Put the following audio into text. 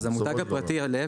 אז המותג הפרטי הוא להיפך,